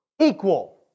equal